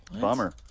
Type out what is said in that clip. bummer